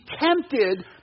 tempted